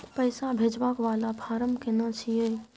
पैसा भेजबाक वाला फारम केना छिए?